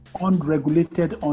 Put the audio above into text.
unregulated